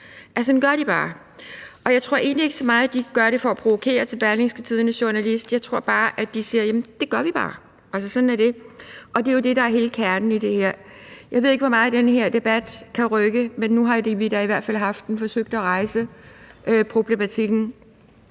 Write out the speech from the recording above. at sådan gør de bare. Og jeg tror egentlig ikke så meget, at de siger det for at provokere Berlingske Tidendes journalist; jeg tror bare, at de siger: Jamen det gør vi bare. Altså, sådan er det, for det er jo det, der er hele kernen i det her. Jeg ved ikke, hvor meget den her debat kan rykke, men nu har vi da i hvert fald haft den og forsøgt at rejse problematikken.